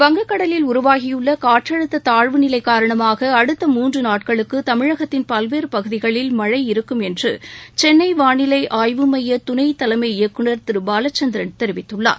வங்கக் கடலில் உருவாகியுள்ள காற்றழுத்த தாழ்வுநிலை காரணமாக அடுத்த மூன்று நாட்களுக்கு தமிழகத்தின் பல்வேறு பகுதிகளில் மழை இருக்கும் என்று சென்னை வானிலை ஆய்வு மைய துணை தலைமை இயக்குநர் திரு பாலச்சந்திரன் தெரிவித்துள்ளார்